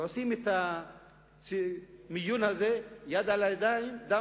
ועושים את המיון הזה של "דם על הידיים",